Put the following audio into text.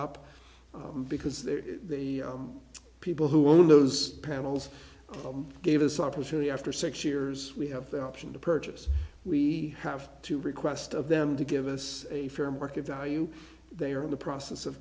up because there are people who want those panels gave us an opportunity after six years we have the option to purchase we have to request of them to give us a fair market value they are in the process of